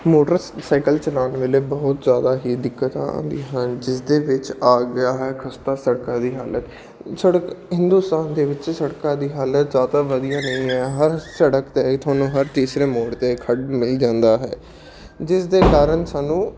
motorcycle ਚਲਾਉਣ ਵੇਲੇ ਬਹੁਤ ਜ਼ਿਆਦਾ ਹੀ ਦਿੱਕਤਾਂ ਆਉਂਦੀਆਂ ਹਨ ਜਿਸਦੇ ਵਿੱਚ ਆ ਗਿਆ ਹੈ ਖਸਤਾ ਸੜਕਾਂ ਦੀ ਹਾਲਤ ਸੜਕ ਹਿੰਦੁਸਤਾਨ ਦੇ ਵਿੱਚ ਸੜਕਾਂ ਦੀ ਹਾਲਤ ਜ਼ਿਆਦਾ ਵਧੀਆ ਨਹੀਂ ਹੈ ਹਰ ਸੜਕ 'ਤੇ ਹੀ ਤੁਹਾਨੂੰ ਹਰ ਤੀਸਰੇ ਮੋੜ 'ਤੇ ਖੱਡ ਮਿਲ ਜਾਂਦਾ ਹੈ ਜਿਸਦੇ ਕਾਰਨ ਸਾਨੂੰ